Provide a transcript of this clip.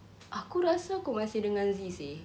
aku rasa aku masih dengan azee seh